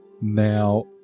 Now